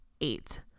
eight